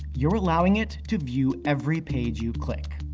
you're allowing it to view every page you click.